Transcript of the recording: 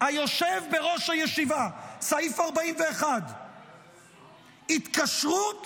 היושב בראש הישיבה, סעיף 41. התקשרות